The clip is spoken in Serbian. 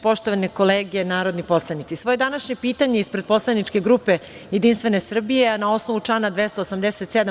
Poštovani narodni poslanici, svoje današnje pitanje ispred poslaničke grupe Jedinstvene Srbije, na osnovu člana 287.